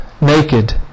naked